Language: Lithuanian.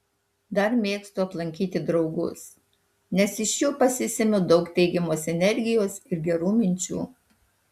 dar mėgstu aplankyti draugus nes iš jų pasisemiu daug teigiamos energijos ir gerų minčių